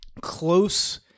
close